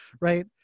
right